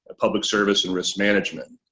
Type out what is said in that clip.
ah public service, and risk management.